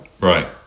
Right